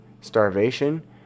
starvation